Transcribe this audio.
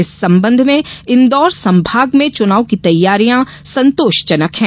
इस संबंध में इंदौर संभाग में चुनाव की तैयारियां संतोषजनक हैं